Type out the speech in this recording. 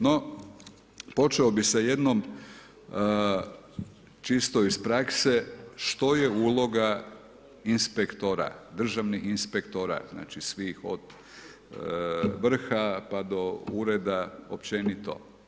No, počeo bih sa jednom čisto iz prakse što je uloga inspektora, državnih inspektora, znači svih od vrha pa do ureda, općenito.